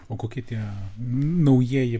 o kokie tie naujieji